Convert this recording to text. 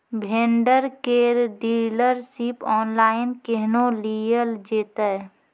Vendor केर dealership online केहनो लियल जेतै?